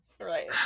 Right